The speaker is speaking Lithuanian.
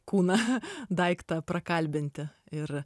kūną daiktą prakalbinti ir